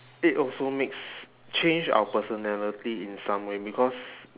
it also makes change our personality in some way because